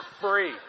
free